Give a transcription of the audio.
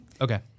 okay